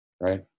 Right